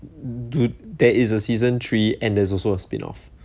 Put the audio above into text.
do there is a season three and there's also a spin off